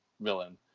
villain